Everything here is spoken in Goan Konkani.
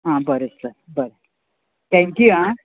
आं बरें सर बरें थँक्यू आं